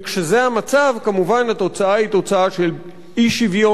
וכשזה המצב, כמובן התוצאה היא תוצאה של אי-שוויון,